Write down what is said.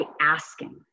asking